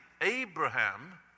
Abraham